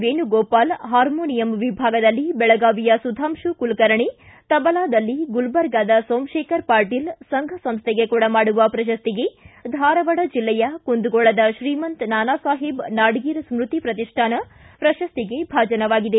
Venugopal harmonium ವಿಭಾಗದಲ್ಲಿ ಬೆಳಗಾವಿಯ ಸುಧಾಂಶು ಕುಲಕರ್ಣೆ ತಬಲಾದಲ್ಲಿ ಗುಲಬರ್ಗಾ ಸೋಮಶೇಖರ್ ಪಾಟೀಲ್ ಸಂಘ ಸಂಸೈಗೆ ಕೊಡಮಾಡುವ ಪ್ರಶಸ್ತಿಗೆ ಧಾರವಾಡ ಜಿಲ್ಲೆಯ ಕುಂದಗೋಳದ ಶ್ರೀಮಂತ ನಾನಾಸಾಹೇಬ ನಾಡಗೀರ ಸ್ಮತಿ ಪ್ರತಿಷ್ಠಾನ ಪ್ರಶಸ್ತಿಗೆ ಭಾಜನವಾಗಿದೆ